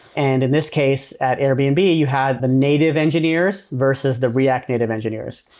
and in this case at airbnb, you you have the native engineers versus the react native engineers.